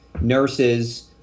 nurses